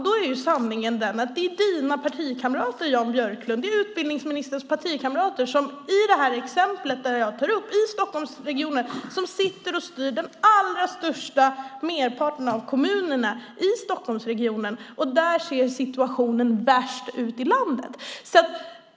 Då är sanningen den att det är utbildningsministerns partikamrater som i Stockholmsregionen, i det exempel jag tog upp, sitter och styr den största merparten av kommunerna, där situationen ser värst ut i landet.